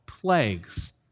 plagues